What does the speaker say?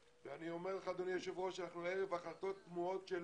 אדוני היושב-ראש, אנחנו ערב החלטות תמוהות של